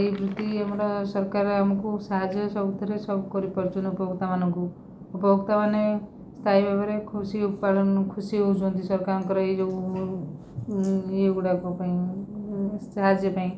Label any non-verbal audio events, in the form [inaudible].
ଏମିତି ଆମର ସରକାର ଆମକୁ ସାହାଯ୍ୟ ସବୁଥିରେ ସବୁ କରିପାରୁଛନ୍ତି ଉପଭୋକ୍ତା ମାନଙ୍କୁ ଉପଭୋକ୍ତା ମାନେ ସ୍ଥାୟୀ ଭାବରେ ଖୁସି [unintelligible] ଖୁସି ହେଉଛନ୍ତି ସରକାରଙ୍କର ଏଇ ଯେଉଁ ଇଏ ଗୁଡ଼ାକ ପାଇଁ ସାହାଯ୍ୟ ପାଇଁ